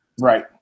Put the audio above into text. right